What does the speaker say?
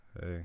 Hey